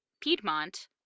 Piedmont